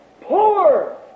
Poor